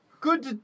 Good